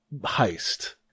heist